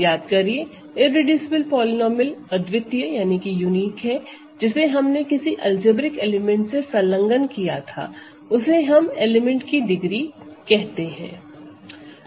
याद करिए irreducible polynomial अद्वितीय है जिसे हमने किसी अलजेब्रिक एलिमेंट से संलग्न किया था उसे हम एलिमेंट की डिग्री कहते हैं